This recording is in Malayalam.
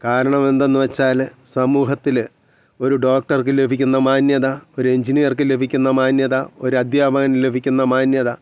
കാരണം എന്തെന്ന് വെച്ചാൽ സമൂഹത്തിൽ ഒരു ഡോക്ടർക്ക് ലഭിക്കുന്ന മാന്യത ഒരു എഞ്ചിനീയർക്ക് ലഭിക്കുന്ന മാന്യത ഒരു അദ്ധ്യാപകന് ലഭിക്കുന്ന മാന്യത